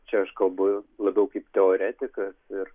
čia aš kalbu labiau kaip teoretikas ir